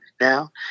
now